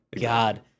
God